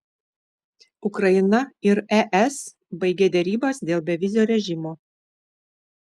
ukraina ir es baigė derybas dėl bevizio režimo